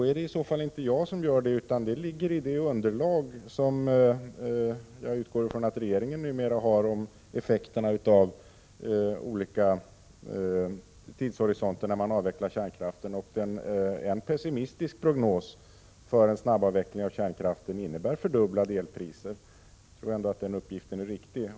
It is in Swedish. Men det är i så fall inte jag som gör det, utan de ligger i det underlag som jag utgår från att regeringen numera har när det gäller effekter av en avveckling av kärnkraften i olika tidsperspektiv. En pessimistisk prognos för en snabbavveckling av kärnkraften är att elpriserna fördubblas. Jag tror trots allt att den uppgiften är riktig.